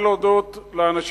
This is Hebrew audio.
זה שלוש הצעות נפרדות כל אחת.